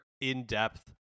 in-depth